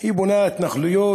היא בונה התנחלויות